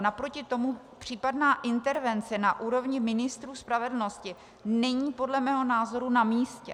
Naproti tomu případná intervence na úrovni ministrů spravedlnosti není podle mého názoru namístě.